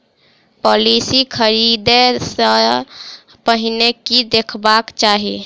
Policy खरीदै सँ पहिने की देखबाक चाहि?